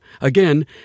Again